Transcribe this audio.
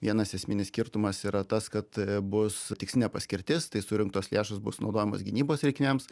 vienas esminis skirtumas yra tas kad e bus tikslinė paskirtis tai surinktos lėšos bus naudojamos gynybos reikmėms